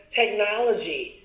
technology